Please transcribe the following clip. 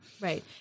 Right